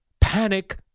Panic